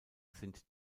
sind